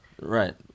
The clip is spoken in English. Right